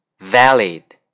Valid